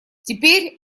теперь